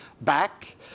back